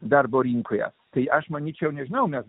darbo rinkoje tai aš manyčiau nežinau bet